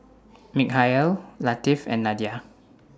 Mikhail Latif and Nadia